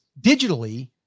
digitally